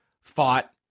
fought